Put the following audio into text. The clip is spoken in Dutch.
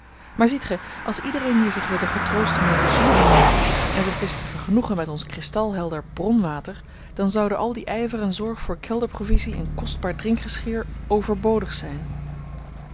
maar ziet gij als iedereen hier zich wilde getroosten mijn régime te volgen en zich wist te vergenoegen met ons kristalhelder bronwater dan zouden al die ijver en zorg voor kelderprovisie en kostbaar drinkgeschir overbodig zijn